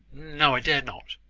no i dared not.